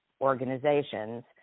organizations